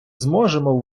зможемо